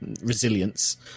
resilience